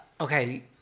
Okay